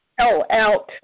out